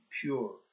pure